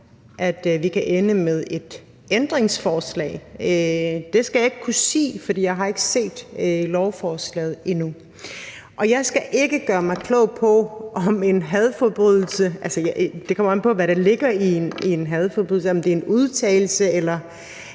at vi kan ende med et ændringsforslag. Det skal jeg ikke kunne sige, for jeg har ikke set lovforslaget endnu. Jeg skal ikke gøre mig klog på, om en hadforbrydelse er værst. Det kommer an på, hvad der ligger i den pågældende hadforbrydelse, altså om den består i en udtalelse eller